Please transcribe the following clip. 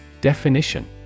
Definition